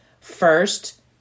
First